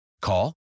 Call